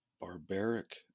barbaric